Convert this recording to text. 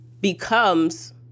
becomes